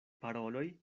paroloj